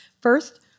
First